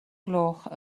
gloch